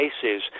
cases